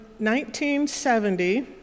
1970